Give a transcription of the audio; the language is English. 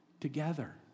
together